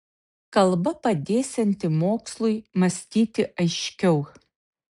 kalba padėsianti mokslui mąstyti aiškiau